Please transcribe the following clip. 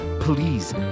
please